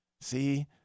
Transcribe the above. see